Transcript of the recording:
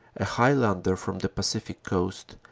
a highlander from the pacific coast,